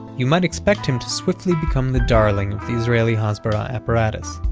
you might expect him to swiftly become the darling of the israeli hasbara apparatus.